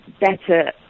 better